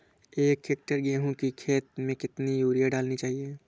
एक हेक्टेयर गेहूँ की खेत में कितनी यूरिया डालनी चाहिए?